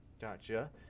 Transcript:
Gotcha